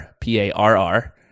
p-a-r-r